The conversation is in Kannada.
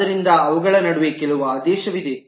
ಆದ್ದರಿಂದ ಅವುಗಳ ನಡುವೆ ಕೆಲವು ಆದೇಶವಿದೆ